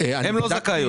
הן לא זכאיות.